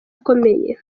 akomeye